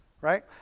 right